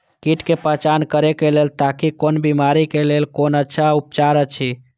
कीट के पहचान करे के लेल ताकि कोन बिमारी के लेल कोन अच्छा उपचार अछि?